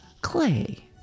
Clay